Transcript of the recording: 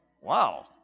wow